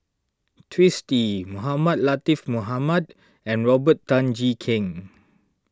Twisstii Mohamed Latiff Mohamed and Robert Tan Jee Keng